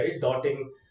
dotting